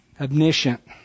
Omniscient